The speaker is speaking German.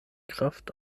kraft